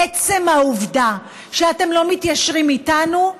עצם העובדה שאתם לא מתיישרים איתנו,